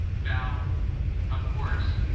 now of course,